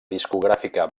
discogràfica